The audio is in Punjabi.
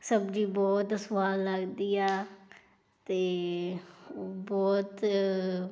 ਸਬਜ਼ੀ ਬਹੁਤ ਸਵਾਦ ਲੱਗਦੀ ਆ ਅਤੇ ਉਹ ਬਹੁਤ